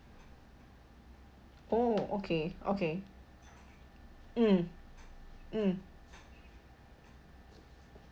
oh okay okay mm mm